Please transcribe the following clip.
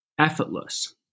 effortless